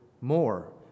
more